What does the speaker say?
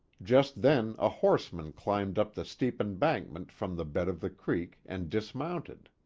just then a horseman climbed up the steep embankment from the bed of the creek, and dismounted.